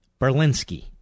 Berlinski